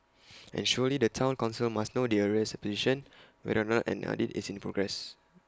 and surely the Town Council must know the arrears position whether or not an audit is in progress